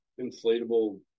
inflatable